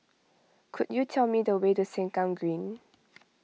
could you tell me the way to Sengkang Green